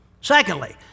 Secondly